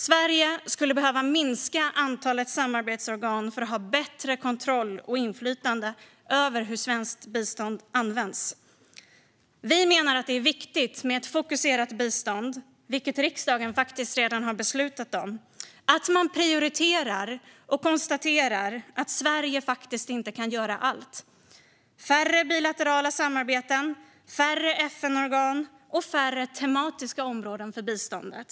Sverige skulle behöva minska antalet samarbetsorgan för att kunna ha bättre kontroll och inflytande över hur svenskt bistånd används. Vi menar att det är viktigt med ett fokuserat bistånd, vilket riksdagen redan har beslutat om. Det är viktigt att man prioriterar och konstaterar att Sverige faktiskt inte kan göra allt. Moderaterna vill se färre bilaterala samarbeten, färre FN-organ och färre tematiska områden för biståndet.